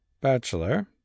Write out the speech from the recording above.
bachelor